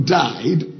died